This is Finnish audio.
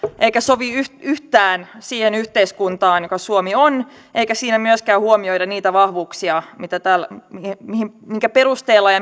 eikä sovi yhtään yhtään siihen yhteiskuntaan joka suomi on eikä siinä myöskään huomioida niitä vahvuuksia minkä perusteella ja